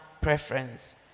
preference